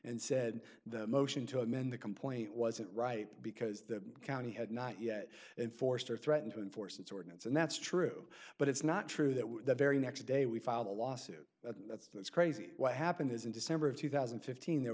and said the motion to amend the complaint wasn't right because the county had not yet in force or threatened to enforce its ordinance and that's true but it's not true that the very next day we filed a lawsuit that's that's crazy what happened is in december of two thousand and fifteen there